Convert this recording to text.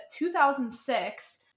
2006